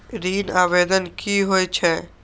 ऋण आवेदन की होय छै?